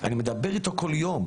אני מדברת איתו כל יום,